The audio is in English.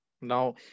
Now